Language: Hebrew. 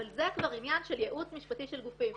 אבל זה כבר עניין של ייעוץ משפטי של גופים.